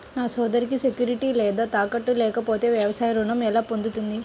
నా సోదరికి సెక్యూరిటీ లేదా తాకట్టు లేకపోతే వ్యవసాయ రుణం ఎలా పొందుతుంది?